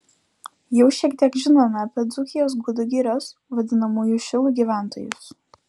jau šiek tiek žinome apie dzūkijos gudų girios vadinamųjų šilų gyventojus